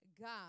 God